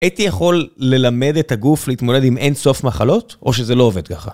הייתי יכול ללמד את הגוף להתמודד עם אין סוף מחלות או שזה לא עובד ככה.